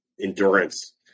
endurance